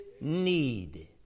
need